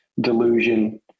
delusion